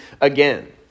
again